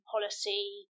policy